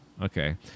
Okay